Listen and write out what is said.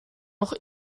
noch